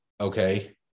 okay